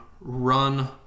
run